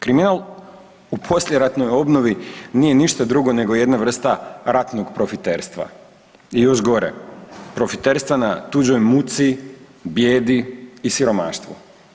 Kriminal u poslijeratnoj obnovi nije ništa drugo nego jedna vrsta ratnog profiterstva i još gore profiterstva na tuđoj muci, bijedi i siromaštvu.